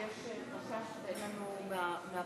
כי יש חשש שאין לנו בפרוטוקול.